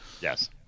Yes